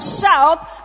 shout